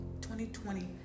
2020